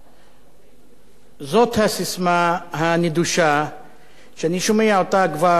זאת הססמה הנדושה שאני שומע כבר 20 שנה.